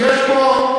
משרד החינוך,